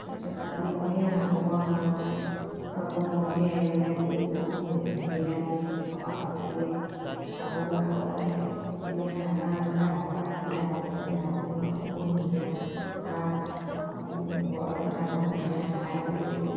তাৰ পিছত তাত মই হাবুঙৰ কাৰণে আকৌ মন্ত্ৰী এম এল এবোৰেও বহুত সুবিধা দিয়ে টকা পইচা দিয়ে হাবুং আগতে এনেই সাধাৰণ এটা ঘৰ আছিলে আজিকালি হাবুংখন বহুত ধুনীয়া ঘৰ বনাই বহুত ধুনীয়া ঠাই কৰি দিলে